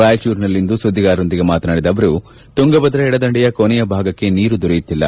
ರಾಯಚೂರಿನಲ್ಲಿಂದು ಸುದ್ದಿಗಾರೊಂದಿಗೆ ಮಾತನಾಡಿದ ಅವರು ತುಂಗಭದ್ರ ಎಡದಂಡೆಯ ಕೊನೆಯ ಭಾಗಕ್ಕೆ ನೀರು ದೊರೆಯುತ್ತಿಲ್ಲ